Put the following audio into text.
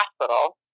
hospital